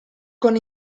con